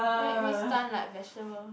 make me stun like vegetable